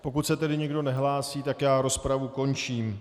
Pokud se tedy nikdo nehlásí, rozpravu končím.